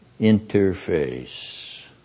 interface